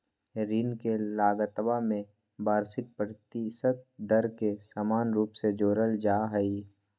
ऋण के लगतवा में वार्षिक प्रतिशत दर के समान रूप से जोडल जाहई